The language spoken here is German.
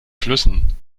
flüssen